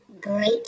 great